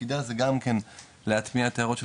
תפקידה זה גם כן להטמיע את ההערות של